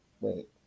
wait